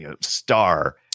star